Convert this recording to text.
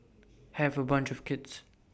have A bunch of kids